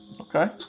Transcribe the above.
okay